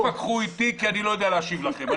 אל תתווכחו אתי כי אני לא יודע להשיב לכם.